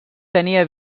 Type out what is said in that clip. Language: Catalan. tenia